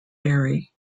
vary